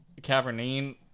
cavernine